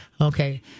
Okay